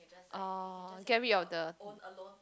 oh get rid of the